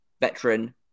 veteran